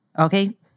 okay